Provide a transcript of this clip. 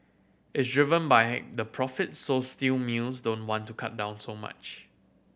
it's driven by the profits so steel mills don't want to cut down so much